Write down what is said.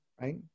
right